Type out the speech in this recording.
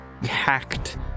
hacked